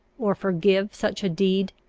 or forgive such a deed?